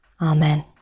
Amen